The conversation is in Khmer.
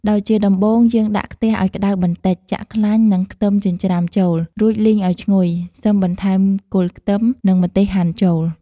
ដោយជាដំំបូង យើងដាក់ខ្ទះឱ្យក្ដៅបន្តិច ចាក់ខ្លាញ់ និងខ្ទឹមចិញ្ច្រំាចូល រួចលីងឱ្យឈ្ងុយ សិមបន្ថែមគល់ខ្ទឹម និងម្ទេសហាន់ចូល។